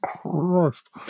Christ